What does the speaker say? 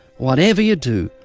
whatever you do,